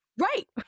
Right